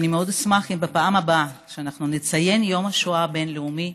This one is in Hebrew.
ואני מאוד אשמח אם בפעם הבאה כשאנחנו נציין את יום השואה הבין-לאומי